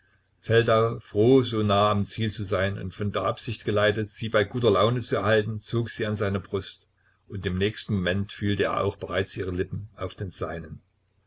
feldau froh so nahe am ziel zu sein und von der absicht geleitet sie bei guter laune zu erhalten zog sie an seine brust und im nächsten moment fühlte er auch bereits ihre lippen auf den seinen